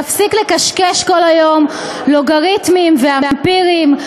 להפסיק לקשקש כל היום לוגריתמים ואמפרים,